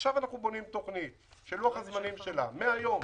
עכשיו אנחנו בונים תוכנית שלוח הזמנים שלה הוא מהיום,